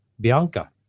Bianca